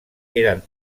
eren